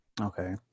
Okay